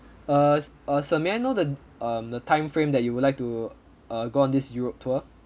err err sir may I know the um the timeframe that you would like to uh go on this europe tour